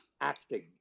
acting